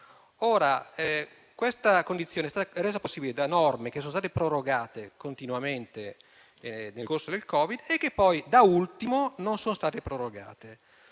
Questa condizione è stata resa possibile da norme che sono state prorogate continuamente nel corso della pandemia e che poi, da ultimo, non sono state prorogate.